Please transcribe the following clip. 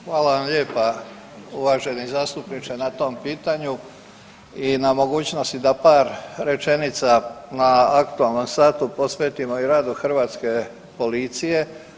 Hvala vam lijepa uvaženi zastupniče na tom pitanju i na mogućnosti da par rečenica na aktualnom satu posvetimo i radu hrvatske policije.